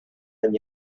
than